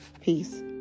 Peace